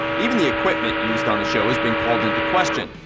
even the equipment used on the show has been called into question.